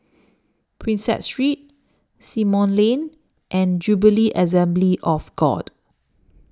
Prinsep Street Simon Lane and Jubilee Assembly of God